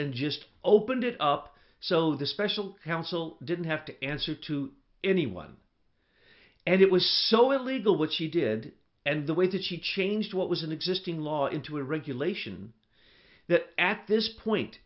and just opened it up so the special counsel didn't have to answer to anyone and it was so illegal what she did and the way that she changed what was an existing law into a regulation that at this point